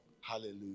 Hallelujah